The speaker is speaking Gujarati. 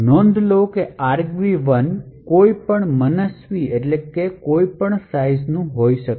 નોંધ લો કે argv1 કોઈપણ મનસ્વી કદનું હોઈ શકે